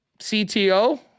CTO